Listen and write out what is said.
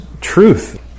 truth